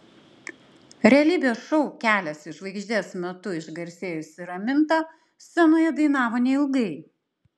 realybės šou kelias į žvaigždes metu išgarsėjusi raminta scenoje dainavo neilgai